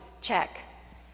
Check